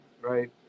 right